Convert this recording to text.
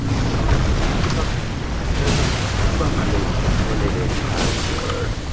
so kind of sixty seven, and but probably validate password.